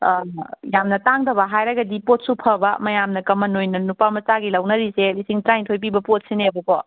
ꯌꯥꯝꯅ ꯇꯥꯡꯗꯕ ꯍꯥꯏꯔꯒꯗꯤ ꯄꯣꯠꯁꯨ ꯐꯕ ꯃꯌꯥꯝꯅ ꯀꯃꯟ ꯑꯣꯏꯅ ꯅꯨꯄꯥ ꯃꯆꯥꯒꯤ ꯂꯧꯅꯔꯤꯁꯦ ꯂꯤꯁꯤꯡ ꯇꯔꯥꯅꯤꯊꯣꯏ ꯄꯤꯕ ꯄꯣꯠꯁꯤꯅꯦꯕꯀꯣ